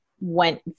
went